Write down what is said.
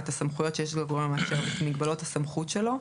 את הסמכויות שיש לגורם המאשר ואת מגבלות הסמכות שלו.